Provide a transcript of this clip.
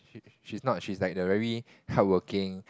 she's not she's like the very hardworking